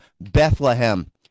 Bethlehem